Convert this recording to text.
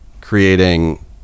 creating